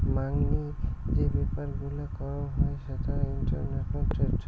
মাংনি যে ব্যাপার গুলা করং হই সেটা ইন্টারন্যাশনাল ট্রেড